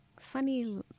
funny